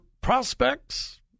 prospects